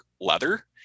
leather